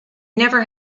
never